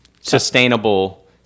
sustainable